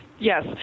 Yes